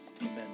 amen